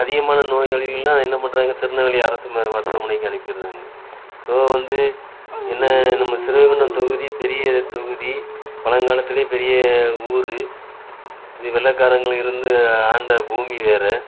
அதிகமான நோயாளிகளெல்லாம் என்ன பண்ணுறாங்க திருநெல்வேலி அரசு ம மருத்துவமனைக்கு அனுப்பிடுறாங்க ஸோ வந்து என்ன நம்ம சிறுவைகுண்டம் தொகுதி பெரிய தொகுதி பழங்காலத்துலேயே பெரிய ஊர் இது வெள்ளக்காரங்கள் இருந்து ஆண்ட பூமி வேறு